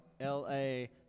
L-A